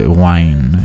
wine